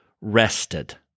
rested